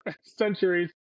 centuries